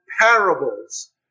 parables